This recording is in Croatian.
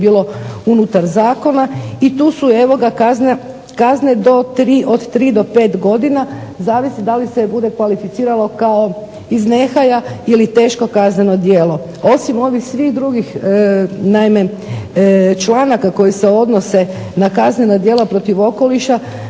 bilo unutar zakona. I tu su kazne od 3 do 5 godina, zavisi da li se bude kvalificiralo kao iz nehaja ili teško kazneno djelo. Osim ovih svih drugih članaka koji se odnose na kazneno djelo protiv okoliša